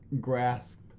grasp